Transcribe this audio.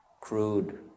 crude